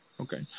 Okay